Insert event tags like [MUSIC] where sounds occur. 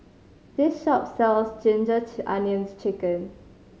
this shop sells ginger [UNINTELLIGIBLE] onions chicken